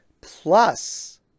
plus